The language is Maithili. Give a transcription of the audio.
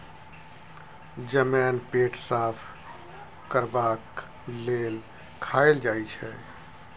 जमैन पेट साफ करबाक लेल खाएल जाई छै